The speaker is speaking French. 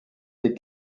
des